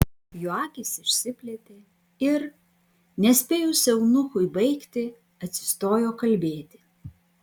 jo akys išsiplėtė ir nespėjus eunuchui baigti atsistojo kalbėti